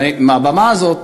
מהבמה הזאת,